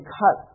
cut